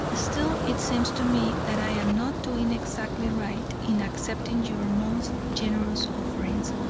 still it seems to me that i am not doing exactly right in accepting your most generous offerings,